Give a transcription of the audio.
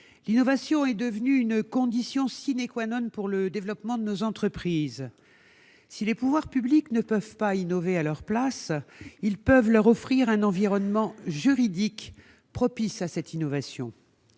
l'innovation est devenue une condition du développement de nos entreprises. Si les pouvoirs publics ne peuvent pas innover à leur place, ils peuvent leur offrir un environnement juridique propice à cette innovation.